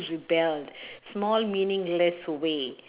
rebel small meaningless way